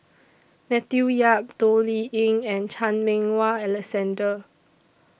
Matthew Yap Toh Liying and Chan Meng Wah Alexander